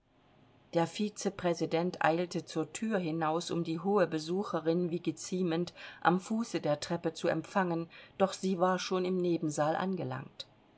der vizepräsident eilte zur thür hinaus um die hohe besucherin wie geziemend am fuße der treppe zu empfangen doch sie war schon im nebensaal angelangt